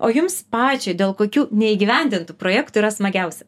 o jums pačiai dėl kokių neįgyvendintų projektų yra smagiausia